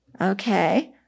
Okay